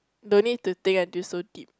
don't need to think until so deep